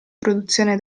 produzione